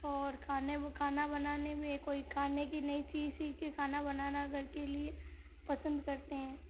और खाने को खाना बनाने में कोई खाने की नई चीज़ सिख के खाना बनाना घर के लिए पसंद करते हैं